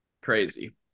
Crazy